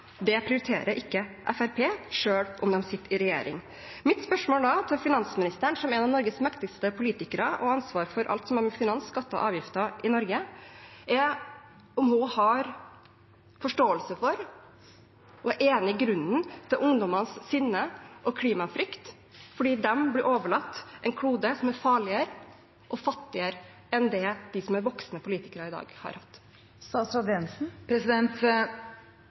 prioriterer ikke Fremskrittspartiet, selv om de sitter i regjering. Mitt spørsmål til finansministeren, som en av Norges mektigste politikere og med ansvar for alt som har med skatter og avgifter i Norge å gjøre, er om hun har forståelse for og er enig i grunnen til ungdommenes sinne og klimafrykt, fordi de blir overlatt en klode som er farligere og fattigere enn det de som er voksne politikere i dag, har hatt.